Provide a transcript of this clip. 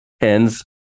hens